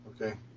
Okay